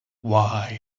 why